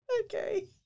okay